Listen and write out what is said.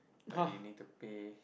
but they need to pay